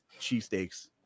cheesesteaks